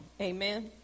Amen